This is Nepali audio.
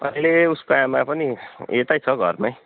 अहिले उसको आमा पनि यतै छ हौ घरमै